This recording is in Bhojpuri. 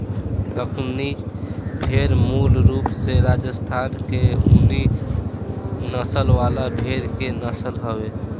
दक्कनी भेड़ मूल रूप से राजस्थान के ऊनी नस्ल वाला भेड़ के नस्ल हवे